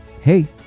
hey